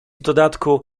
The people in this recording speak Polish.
dodatku